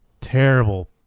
terrible